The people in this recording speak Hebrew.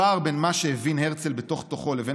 הפער בין מה שהבין הרצל בתוך תוכו לבין